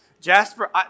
Jasper